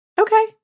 Okay